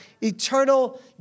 eternal